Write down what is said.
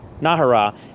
Nahara